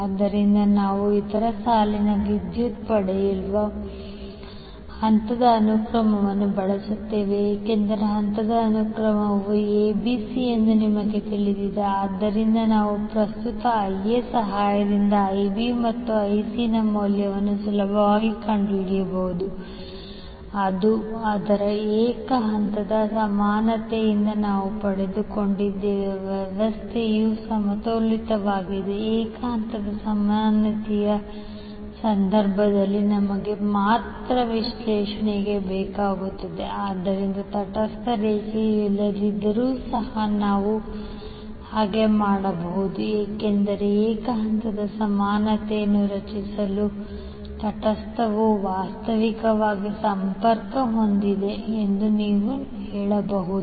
ಆದ್ದರಿಂದ ನಾವು ಇತರ ಸಾಲಿನ ವಿದ್ಯುತ್ ಪಡೆಯಲು ಹಂತದ ಅನುಕ್ರಮವನ್ನು ಬಳಸುತ್ತೇವೆ ಏಕೆಂದರೆ ಹಂತದ ಅನುಕ್ರಮವು ABC ಎಂದು ನಮಗೆ ತಿಳಿದಿದೆ ಆದ್ದರಿಂದ ನಾವು ಪ್ರಸ್ತುತ Ia ಸಹಾಯದಿಂದ Ib ಮತ್ತು Ic ನ ಮೌಲ್ಯಗಳನ್ನು ಸುಲಭವಾಗಿ ಕಂಡುಹಿಡಿಯಬಹುದು ಅದು ಅದರ ಏಕ ಹಂತದ ಸಮಾನತೆಯಿಂದ ನಾವು ಪಡೆದುಕೊಂಡಿದ್ದೇವೆ ವ್ಯವಸ್ಥೆಯು ಸಮತೋಲಿತವಾಗಿದೆ ಏಕ ಹಂತದ ಸಮಾನತೆಯ ಸಂದರ್ಭದಲ್ಲಿ ನಮಗೆ ಮಾತ್ರ ವಿಶ್ಲೇಷಣೆ ಬೇಕಾಗುತ್ತದೆ ಆದ್ದರಿಂದ ತಟಸ್ಥ ರೇಖೆಯು ಇಲ್ಲದಿದ್ದರೂ ಸಹ ನಾವು ಹಾಗೆ ಮಾಡಬಹುದು ಏಕೆಂದರೆ ಏಕ ಹಂತದ ಸಮಾನತೆಯನ್ನು ರಚಿಸಲು ತಟಸ್ಥವು ವಾಸ್ತವಿಕವಾಗಿ ಸಂಪರ್ಕ ಹೊಂದಿದೆ ಎಂದು ನೀವು ಹೇಳಬಹುದು